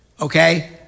Okay